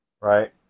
right